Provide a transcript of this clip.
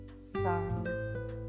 sorrows